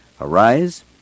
Arise